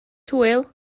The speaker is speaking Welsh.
hwyl